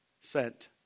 sent